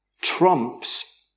trumps